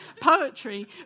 poetry